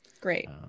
Great